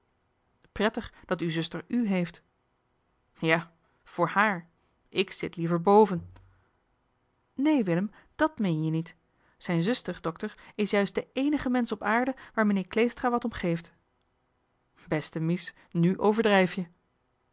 prettig dat uw zuster u heeft ja voor haar ik zit liever boven nee willem dàt meen je niet zijn zuster dokter is juist de éénige mensch op aarde waar meneer kleestra wat om geeft beste mies nu overdrijf je